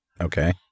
okay